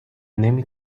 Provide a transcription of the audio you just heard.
نمی